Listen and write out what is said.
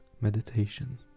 meditation